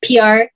pr